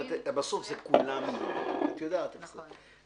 בסוף זה כולם, את יודעת את זה.